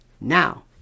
Now